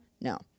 no